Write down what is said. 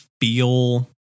feel